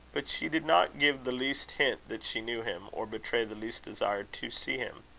but she did not give the least hint that she knew him, or betray the least desire to see him.